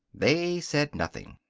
they said nothing.